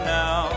now